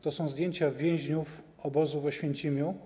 To są zdjęcia więźniów obozu w Oświęcimiu.